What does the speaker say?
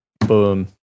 Boom